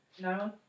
No